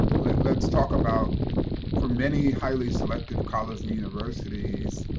let's let's talk about for many highly selective colleges and universities,